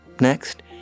Next